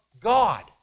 God